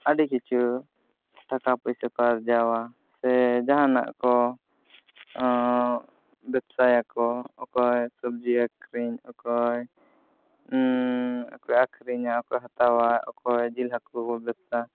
ᱟᱹᱰᱤ ᱠᱤᱪᱷᱩ ᱴᱟᱠᱟ ᱯᱩᱭᱥᱟᱹ ᱠᱚ ᱟᱨᱡᱟᱣᱟ ᱥᱮ ᱡᱟᱦᱟᱱᱟᱜ ᱠᱚ ᱵᱮᱵᱽᱥᱟᱭᱟ ᱠᱚ ᱚᱠᱚᱭ ᱥᱚᱵᱽᱡᱤ ᱟᱹᱠᱷᱨᱤᱧ ᱚᱠᱚᱭ ᱚᱠᱚᱭ ᱟᱹᱠᱷᱨᱤᱧᱟ ᱚᱠᱚᱭ ᱦᱟᱛᱟᱣᱟ ᱚᱠᱚᱭ ᱡᱤᱞ ᱦᱟᱹᱠᱩ ᱠᱚ ᱵᱮᱵᱽᱥᱟ